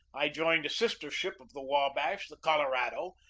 i joined a sister ship of the wabash, the colorado,